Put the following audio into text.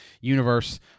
universe